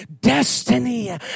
destiny